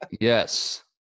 Yes